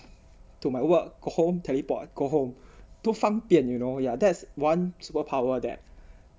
to my work home teleport go home 多方便 you know yeah that's one superpower that